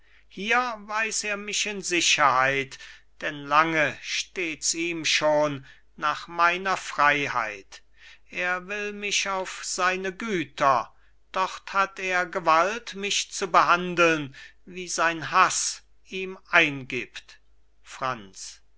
hier weiß er mich in sicherheit denn lange steht's ihm schon nach meiner freiheit er will mich auf seine güter dort hat er gewalt mich zu behandeln wie sein haß ihm eingibt franz